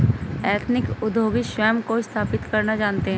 ethnic उद्योगी स्वयं को स्थापित करना जानते हैं